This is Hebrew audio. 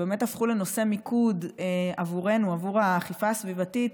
שהפכו לנושא מיקוד עבורנו, עבור האכיפה הסביבתית,